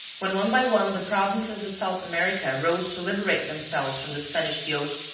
when one by one the provinces of south america rose to liberate themselves from the spanish yoke,